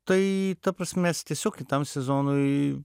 tai ta prasme mes tiesiog kitam sezonui